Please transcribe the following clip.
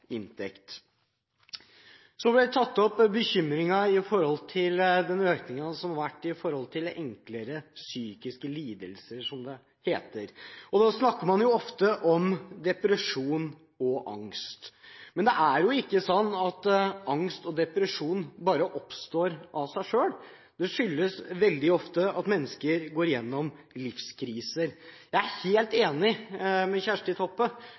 inntekt. Så er en bekymret for den økningen som har vært knyttet til «lettere psykiske lidelser», som det heter. Da snakker man ofte om depresjon og angst. Men det er ikke sånn at angst og depresjon bare oppstår av seg selv, det skyldes veldig ofte at mennesker går igjennom livskriser. Jeg er helt enig med Kjersti Toppe